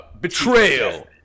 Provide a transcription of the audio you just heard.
betrayal